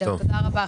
תודה רבה,